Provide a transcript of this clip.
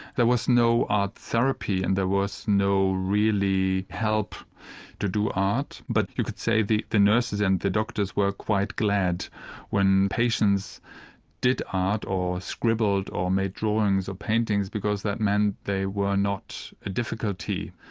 there was no art therapy and there was no real help to do art, but you could say the the nurses and the doctors were quite glad when patients did art or scribbled or made drawings or paintings because that meant they were not a difficulty.